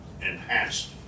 enhanced